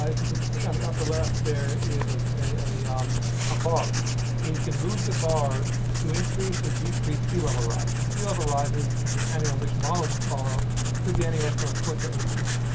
ah if you can see on the upper left there is a a um ah bar and you can move the bar to increase or decrease sea level rise and sea level rises, depending on which model you follow could be anywhere from a foot to eight feet.